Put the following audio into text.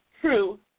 true